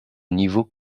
niveau